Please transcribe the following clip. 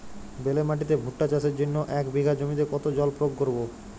বেলে মাটিতে ভুট্টা চাষের জন্য এক বিঘা জমিতে কতো জল প্রয়োগ করব?